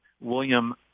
William